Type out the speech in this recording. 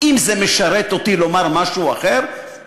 אם זה משרת אותי לומר משהו אחר, אז אמרתי.